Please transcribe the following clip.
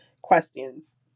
questions